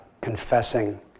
confessing